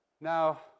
Now